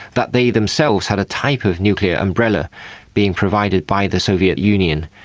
that they themselves had a type of nuclear umbrella being provided by the soviet union.